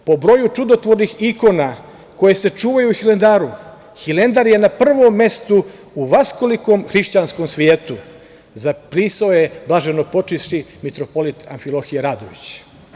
Po broju čudotvornih ikona koje se čuvaju u Hilandaru, Hilandar je na prvom mestu u vaskolikom hrišćanskom svetu, zapisao je blaženopočivši mitropolit Amfilohije Radović.